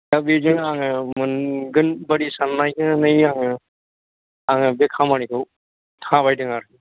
दा बेजोंनो आङो मोनगोन बायदि साननानै आङो बे खामानिखौ थाबायदों आरो